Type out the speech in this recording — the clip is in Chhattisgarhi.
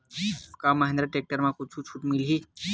का महिंद्रा टेक्टर म कुछु छुट मिलही?